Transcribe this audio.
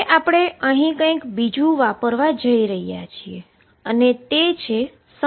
હવે અહી હું બીજું કંઈક વાપરવા જઇ રહ્યો છું અને તે છે સંપૂર્ણતા